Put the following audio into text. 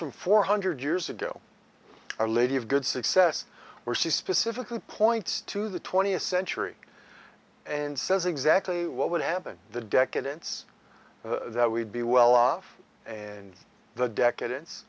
from four hundred years ago our lady of good success or she specifically points to the twentieth century and says exactly what would happen the decadence that we'd be well off and the decadence